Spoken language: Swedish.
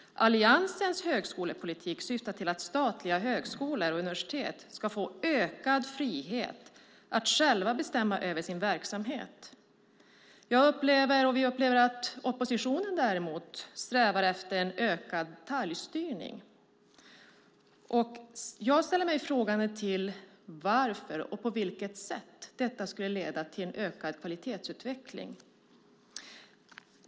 Alliansens högskolepolitik syftar till att statliga högskolor och universitet ska få ökad frihet att själva bestämma över sin verksamhet. Vi upplever att oppositionen däremot strävar efter en ökad detaljstyrning. Jag ställer mig frågande till varför och på vilket sätt detta skulle leda till en ökad kvalitetsutveckling.